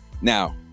Now